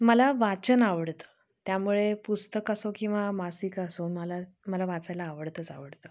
मला वाचन आवडतं त्यामुळे पुस्तक असो किंवा मासिक असो मला मला वाचायला आवडतंच आवडतं